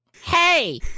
Hey